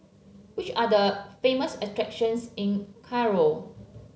which are the famous attractions in Cairo